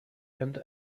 and